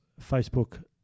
facebook